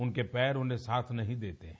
उनके पैर उन्हें साथ नहीं देते हैं